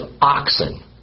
oxen